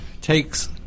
takes